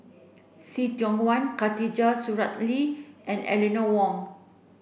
See Tiong Wah Khatijah Surattee and Eleanor Wong